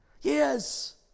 Yes